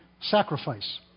sacrifice